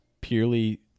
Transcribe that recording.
purely